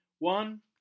One